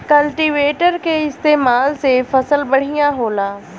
cultivator के इस्तेमाल से फसल बढ़िया होला